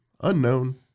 unknown